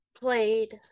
played